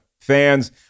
Fans